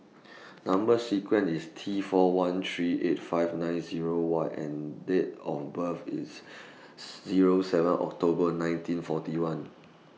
Number sequence IS T four one three eight five nine Zero Y and Date of birth IS Zero seven October nineteen forty one